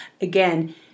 again